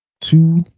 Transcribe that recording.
two